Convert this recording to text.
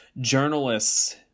journalists